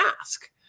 ask